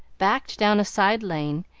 backed down a side lane,